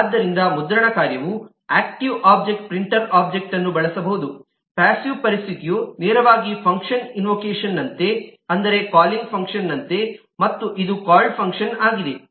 ಆದ್ದರಿಂದ ಮುದ್ರಣ ಕಾರ್ಯವು ಆಕ್ಟಿವ್ ಒಬ್ಜೆಕ್ಟ್ ಪ್ರಿಂಟರ್ ಒಬ್ಜೆಕ್ಟ್ಅನ್ನು ಬಳಸಬಹುದು ಪಾಸ್ಸಿವ್ನ ಪರಿಸ್ಥಿತಿಯು ನೇರವಾಗಿ ಫಂಕ್ಷನ್ ಇನ್ವೊಕೇಷನ್ನಂತೆ ಅಂದರೆ ಕಾಲಿಂಗ್ ಫಂಕ್ಷನ್ನಂತೆ ಮತ್ತು ಇದು ಕಾಲ್ಡ್ ಫಂಕ್ಷನ್ಆಗಿದೆ